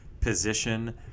position